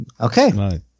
okay